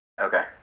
Okay